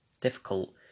difficult